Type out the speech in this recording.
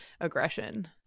aggression